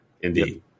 Indeed